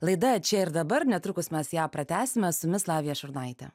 laida čia ir dabar netrukus mes ją pratęsime su jumis lavija šurnaitė